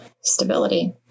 stability